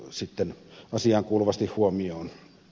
sitten asiaankuuluvasti huomioon o